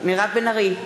מירב בן ארי,